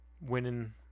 winning